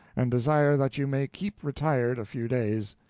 and desire that you may keep retired a few days.